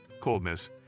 coldness